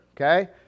okay